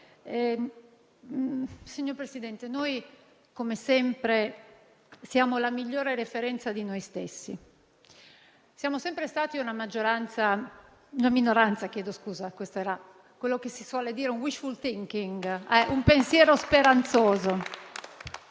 colleghi, noi come sempre siamo la migliore referenza di noi stessi. Siamo sempre stati una maggioranza... Chiedo scusa, una minoranza: era quello che si suol dire un *wishful thinking*, un pensiero speranzoso.